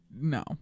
No